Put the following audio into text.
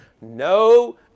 No